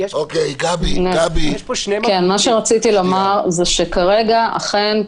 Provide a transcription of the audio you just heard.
רציתי לומר שכרגע אכן,